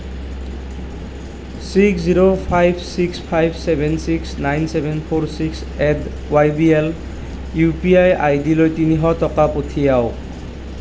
six zero five six five seven six nine seven four six eight Y B L U P I আইডিলৈ তিনিশ টকা পঠিয়াওক